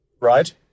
Right